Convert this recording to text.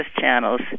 channels